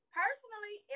personally